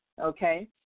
okay